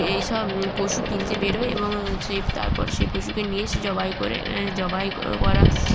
এইসব পশু কিনতে বেরোয় এবং সেই তারপর সেই পশুকে নিয়ে সে জবাই করে জবাই করা